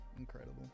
Incredible